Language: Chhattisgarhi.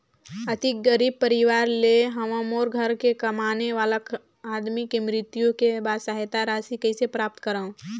अति गरीब परवार ले हवं मोर घर के कमाने वाला आदमी के मृत्यु के बाद सहायता राशि कइसे प्राप्त करव?